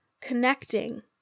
connecting